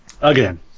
Again